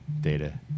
data